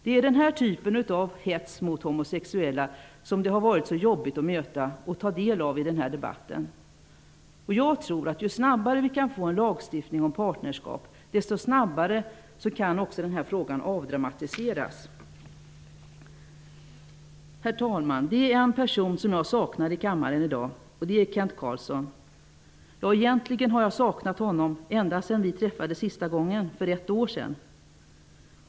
Det är den här typen av hets mot homosexuella som det har varit så jobbigt att möta och ta del av i denna debatt. Jag tror att ju snabbare vi kan få en lagstiftning om registrerat partnerskap, desto snabbare kan också frågan avdramatiseras. Herr talman! Det är en person som jag saknar i kammaren i dag, och det är Kent Carlsson. Egentligen har jag saknat honom ända sedan vi träffades för sista gången för ett år sedan.